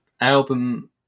album